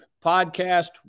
podcast